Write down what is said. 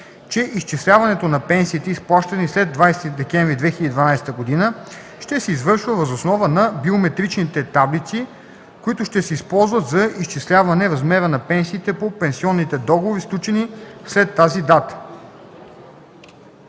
че изчисляването на пенсиите, изплащани след 20 декември 2012 г., ще се извършва въз основа на биометричните таблици, които ще се използват за изчисляване размера на пенсиите по пенсионните договори, сключени след тази дата.”